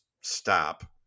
stop